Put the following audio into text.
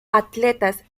atletas